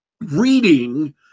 reading